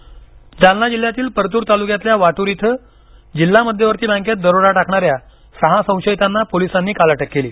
दरोडा जालना जिल्ह्यातील परतूर तालुक्यातल्या वाटूर इथं जिल्हा मध्यवर्ती बँकेत दरोडा टाकणाऱ्या सहा संशयितांना पोलिसांनी काल अटक केली